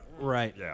Right